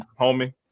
homie